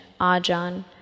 Ajahn